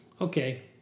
okay